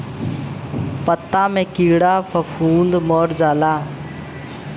पत्ता मे कीड़ा फफूंद मर जाला